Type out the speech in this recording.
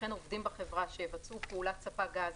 וכן עובדים בחברה שיבצעו פעולת ספק גז,